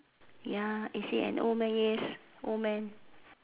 ya is he an old man yes old man